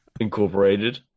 Incorporated